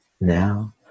now